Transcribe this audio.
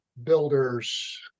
builders